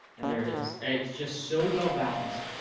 and there it is. it's just so well-balanced,